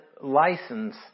license